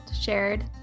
shared